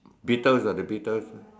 Beatles ah the Beatles